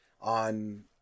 on